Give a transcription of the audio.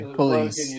police